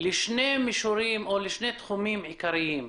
לשני תחומים עיקריים: